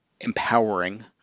Empowering